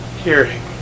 hearing